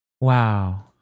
Wow